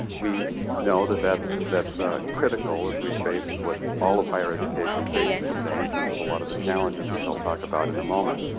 we know that that's that's critical as we face what all of higher education faces today in terms of a lot of the challenges which i'll talk about in a moment.